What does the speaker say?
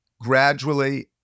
gradually